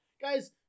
Guys